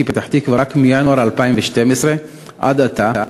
בפתח-תקווה רק מינואר 2012 עד עתה,